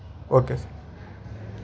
okay sir